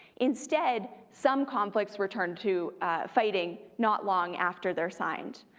instead, some conflicts returned to fighting not long after they're signed,